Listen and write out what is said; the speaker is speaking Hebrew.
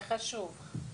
זה חשוב.